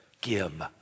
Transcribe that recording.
give